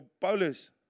Paulus